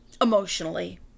emotionally